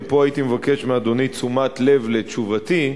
ופה הייתי מבקש מאדוני תשומת לב לתשובתי,